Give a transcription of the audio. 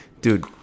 dude